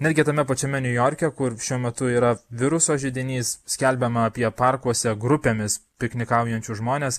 netgi tame pačiame niujorke kur šiuo metu yra viruso židinys skelbiama apie parkuose grupėmis piknikaujančius žmones